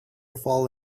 fall